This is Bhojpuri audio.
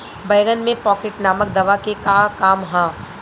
बैंगन में पॉकेट नामक दवा के का काम ह?